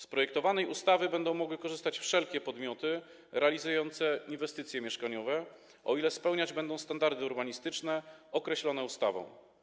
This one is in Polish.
Z projektowanej ustawy będą mogły korzystać wszelkie podmioty realizujące inwestycje mieszkaniowe, o ile będą spełniać standardy urbanistyczne określone ustawą.